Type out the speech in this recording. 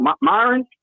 Myron